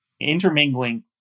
intermingling